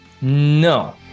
No